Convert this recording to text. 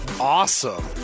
Awesome